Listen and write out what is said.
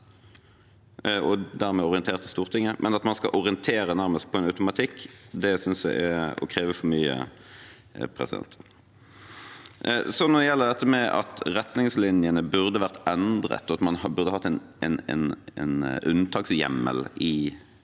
og dermed orientert til Stortinget, men at man skal orientere nærmest på automatikk, synes jeg er å kreve for mye. Når det gjelder dette med at retningslinjene burde vært endret, og at man burde hatt en unntakshjemmel i instruksen,